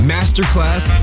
Masterclass